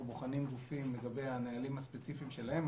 בוחנים גופים לגבי הנהלים הספציפיים שלהם,